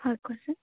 হয় কচোন